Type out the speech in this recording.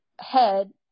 head